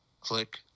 click